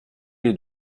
les